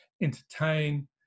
entertain